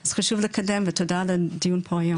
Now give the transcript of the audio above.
אז חשוב לקדם ותודה על הדיון פה היום.